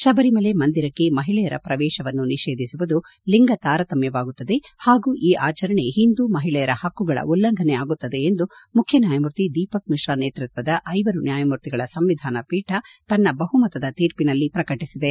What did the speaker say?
ಶಬರಿಮಲೆ ಮಂದಿರಕ್ಕೆ ಮಹಿಳೆಯರ ಪ್ರವೇಶವನ್ನು ನಿಷೇಧಿಸುವುದು ಲಿಂಗ ತಾರತಮ್ಮವಾಗುತ್ತದೆ ಪಾಗೂ ಈ ಆಚರಣೆ ಒಂದೂ ಮಹಿಳೆಯರ ಪಕ್ಕುಗಳ ಉಲ್ಲಂಘನೆಯಾಗುತ್ತದೆ ಎಂದು ಮುಖ್ಯನ್ಕಾಯಮೂರ್ತಿ ದೀಪಕ್ಮಿಶ್ರಾ ನೇತೃತ್ವದ ಐವರು ನ್ಯಾಯಮೂರ್ತಿಗಳ ಸಂವಿಧಾನಪೀಠ ತನ್ನ ಬಹುಮತದ ತೀರ್ಪಿನಲ್ಲಿ ಪ್ರಕಟಿಸಿದೆ